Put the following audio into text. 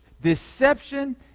Deception